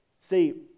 See